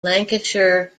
lancashire